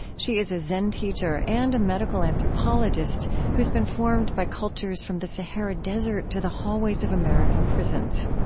she is a zen teacher and a medical anthropologist who's been formed by cultures from the sahara desert to the hallways of american prisons.